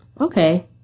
Okay